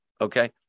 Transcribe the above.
Okay